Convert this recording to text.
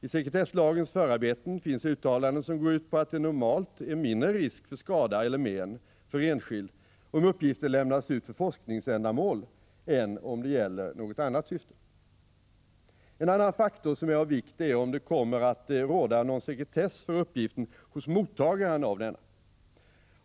I sekretesslagens förarbeten finns uttalanden som går ut på att det normalt är mindre risk för skada eller men för en enskild, om uppgifter lämnas ut för forskningsändamål än om det gäller något annat syfte. En annan faktor, som är av vikt, är om det kommer att råda någon sekretess för uppgiften hos mottagaren av denna.